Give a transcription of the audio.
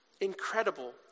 incredible